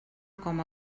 com